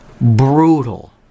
brutal